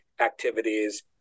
activities